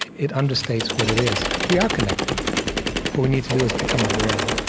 it understates what it is. we are connected. what we need to do is become aware of it,